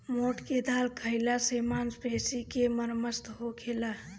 मोठ के दाल खाईला से मांसपेशी के मरम्मत होखेला